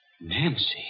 Nancy